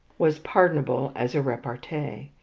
was pardonable as a repartee.